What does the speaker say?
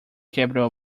capital